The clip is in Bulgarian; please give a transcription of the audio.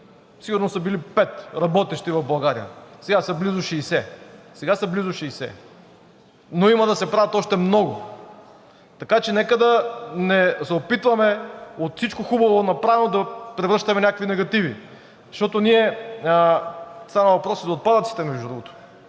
Сигурно са били пет работещи в България, сега са близо 60, но има да се правят още много. Така че нека да не се опитваме от всичко хубаво направено да превръщаме в някакви негативи. Става въпрос и за отпадъците, между другото.